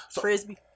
Frisbee